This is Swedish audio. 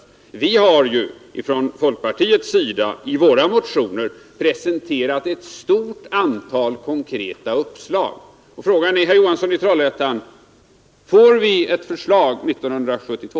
Från folkpartiets sida har vi i våra motioner presenterat ett stort antal konkreta uppslag. Frågan är, herr Johansson i Trollhättan: Får vi ett förslag 1972?